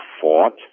fought